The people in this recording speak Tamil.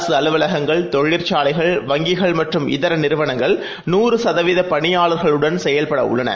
அரசு அலுவலகங்கள் தொழிற்சாலைகள் வங்கிகள்மற்றும் இதரநிறுவனங்கள் நூறுசதவிகிதபணியாளர்களுடன்செயல்படஉள்ளன